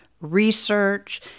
research